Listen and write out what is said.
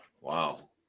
Wow